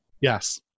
Yes